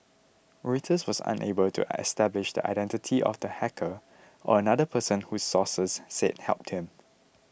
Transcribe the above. reuters was unable to establish the identity of the hacker or another person who sources said helped him